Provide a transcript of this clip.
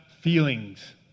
feelings